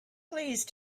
please